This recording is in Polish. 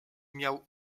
miał